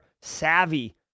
savvy